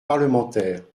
parlementaires